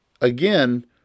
Again